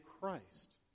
Christ